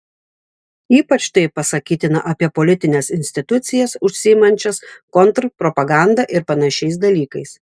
ypač tai pasakytina apie politines institucijas užsiimančias kontrpropaganda ir panašiais dalykais